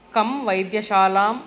कां वैद्यशालाम्